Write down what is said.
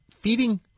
feeding